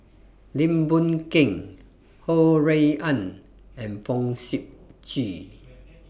Lim Boon Keng Ho Rui An and Fong Sip Chee